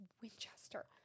Winchester